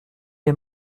les